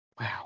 Wow